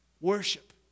worship